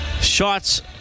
Shots